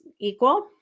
equal